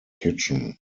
kitchen